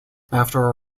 after